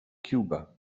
cuba